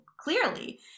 clearly